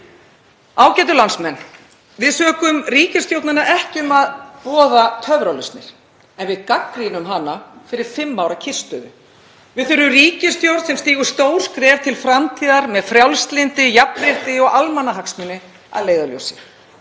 Ágætu landsmenn. Við sökum ríkisstjórnina ekki um að boða töfralausnir en við gagnrýnum hana fyrir fimm ára kyrrstöðu. Við þurfum ríkisstjórn sem stígur stór skref til framtíðar með frjálslyndi, jafnrétti og almannahagsmuni að leiðarljósi.